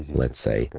let's say.